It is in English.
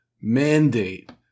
mandate